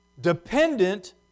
dependent